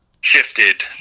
shifted